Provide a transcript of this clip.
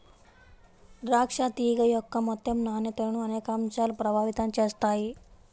ద్రాక్ష తీగ యొక్క మొత్తం నాణ్యతను అనేక అంశాలు ప్రభావితం చేస్తాయి